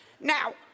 Now